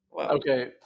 Okay